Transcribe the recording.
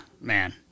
man